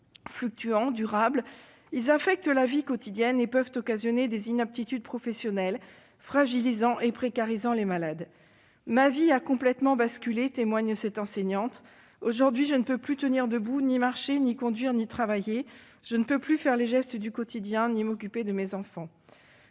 Fluctuants, durables, ils affectent la vie quotidienne et peuvent causer des inaptitudes professionnelles, fragilisant et précarisant les malades. « Ma vie a complètement basculé !» témoigne une enseignante. « Aujourd'hui, je ne peux plus tenir debout, ni marcher, ni conduire, ni travailler. Je ne peux plus faire les gestes du quotidien, ni m'occuper de mes enfants. »